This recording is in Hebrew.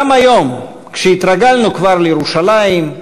גם היום, כשהתרגלנו כבר לירושלים,